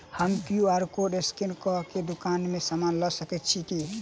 हम QR code scan कऽ केँ दुकान मे समान लऽ सकैत छी की?